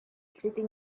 sitting